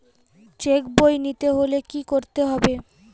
Check বই নিতে হলে কি করতে হবে?